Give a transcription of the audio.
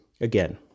Again